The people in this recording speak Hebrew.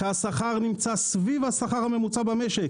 שם השכר הוא סביב השכר הממוצע במשק,